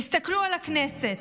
תסתכלו על הכנסת,